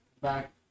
back